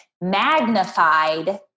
magnified